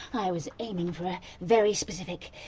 i was aiming for a very specific,